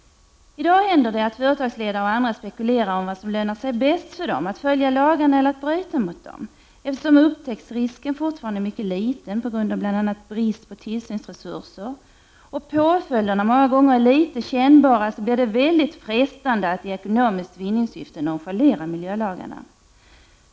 I dag händer det att företagsledare och andra spekulerar om vad som lönar sig bäst, att följa lagarna eller att bryta mot dem. Eftersom upptäcktsrisken fortfarande är mycket liten på grund av bl.a. brist på tillsynsresurser och påföljderna många gånger är föga kännbara, blir det frestande att i ekonomiskt vinningssyfte nonchalera miljölagarna.